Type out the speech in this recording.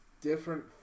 different